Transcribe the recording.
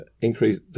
increase